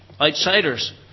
outsiders